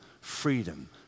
freedom